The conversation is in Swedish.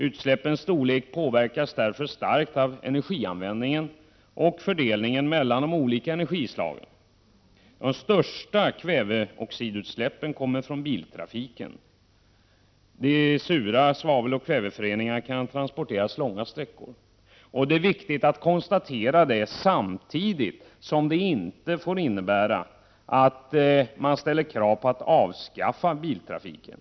Utsläppens storlek påverkas därför starkt av energianvändningen och fördelningen mellan olika energislag. De största kväveoxidutsläppen kommer från biltrafiken. Sura svaveloch kväveföreningar kan transporteras långa sträckor. Detta är viktigt att konstatera, samtidigt som det inte får innebära att man ställer krav på att avskaffa biltrafiken.